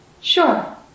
sure